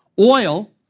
oil